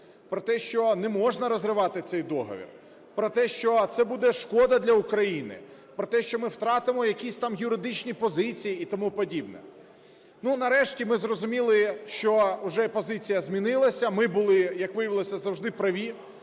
про те, що не можна розривати цей договір, про те, що це буде шкода для України, про те, що ми втратимо якісь там юридичні позиції і тому подібне. Ну, нарешті, ми зрозуміли, що вже позиція змінилася, ми були, як виявилося, завжди праві,